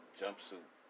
jumpsuit